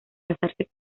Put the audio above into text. casarse